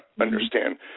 understand